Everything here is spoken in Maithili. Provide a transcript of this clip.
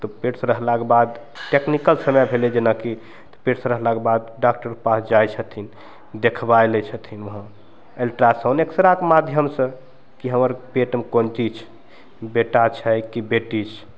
तऽ पेटसँ रहलाक बाद टेक्निकल समय भेलय जेनाकि पेटसँ रहलाक बाद डाक्टरके पास जाय छथिन देखबय लए छथिन वहाँ अल्ट्रासउण्ड एक्सरा के माध्यमसँ कि हमर पेटमे कोन चीज छै बेटा छै कि बेटी छै